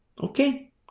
okay